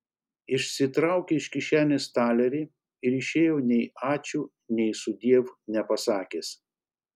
išsitraukė iš kišenės talerį ir išėjo nei ačiū nei sudiev nepasakęs